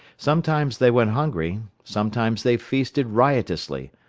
sometimes they went hungry, sometimes they feasted riotously,